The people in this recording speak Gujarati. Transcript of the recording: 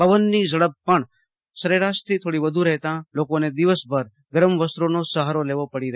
પવનની ઝડપ પણ સરેરાશથી થોડી વધુ રહેતા લોકોને દિવસભર ગરમ વસ્ત્રોનો સહારો લેવો પડી રહ્યો છે